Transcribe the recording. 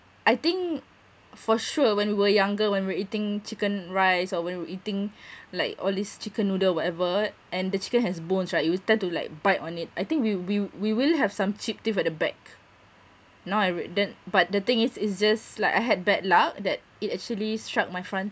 I think for sure when we're younger when we're eating chicken rice or when we eating like all these chicken noodle whatever and the chicken has bones right you'll tend to like bite on it I think we we we will have some chick tip at the back now I rea~ then but the thing is it's just like I had bad luck that it actually struck my front